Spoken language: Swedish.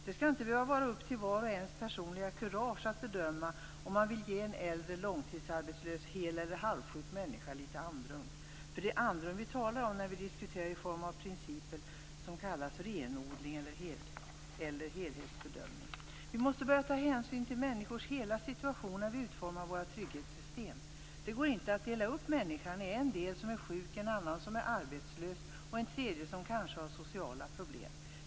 Det skall inte behöva vara upp till vars och ens personliga kurage att bedöma om man vill ge en äldre, långtidsarbetslös hel eller halvsjuk människa litet andrum. Det är andrum vi talar om när vi diskuterar i form av principer som kallas renodling eller helhetsbedömning. Vi måste börja ta hänsyn till människors hela situation när vi utformar våra trygghetssystem. Det går inte att dela upp människan i en del som är sjuk, en annan som är arbetslös och en tredje som kanske har sociala problem.